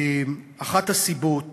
אחת הסיבות